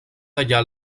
tallar